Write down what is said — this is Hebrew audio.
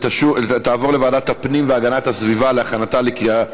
התשע"ח 2018, לוועדת הפנים והגנת הסביבה נתקבלה.